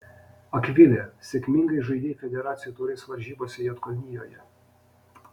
akvile sėkmingai žaidei federacijų taurės varžybose juodkalnijoje